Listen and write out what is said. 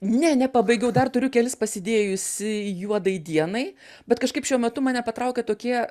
ne nepabaigiau dar turiu kelis pasidėjusi juodai dienai bet kažkaip šiuo metu mane patraukė tokie